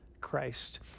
Christ